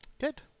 Good